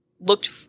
looked